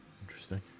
interesting